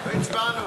לא הצבענו,